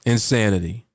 Insanity